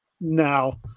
now